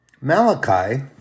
Malachi